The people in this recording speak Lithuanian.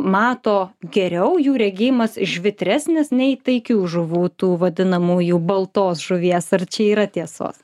mato geriau jų regėjimas žvitresnis nei taikių žuvų tų vadinamųjų baltos žuvies ar čia yra tiesos